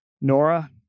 Nora